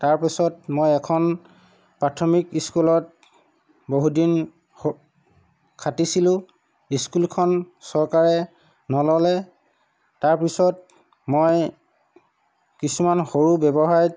তাৰপিছত মই এখন প্ৰাথমিক স্কুলত বহুত দিন খ খাতিছিলোঁ স্কুলখন চৰকাৰে নল'লে তাৰপিছত মই কিছুমান সৰু ব্যৱসায়ত